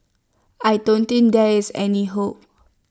I don't think there is any hope